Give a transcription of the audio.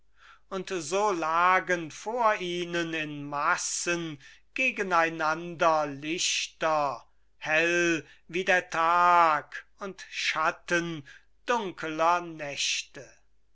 und so lagen vor ihnen in massen gegeneinander lichter hell wie der tag und schatten dunkeler nächte